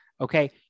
Okay